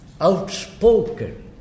outspoken